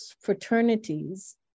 fraternities